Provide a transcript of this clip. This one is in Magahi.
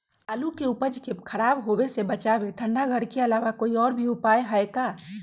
आलू के उपज के खराब होवे से बचाबे ठंडा घर के अलावा कोई और भी उपाय है का?